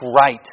right